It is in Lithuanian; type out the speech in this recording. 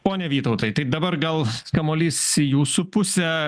pone vytautai tai dabar gal kamuolys į jūsų pusę